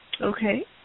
Okay